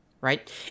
right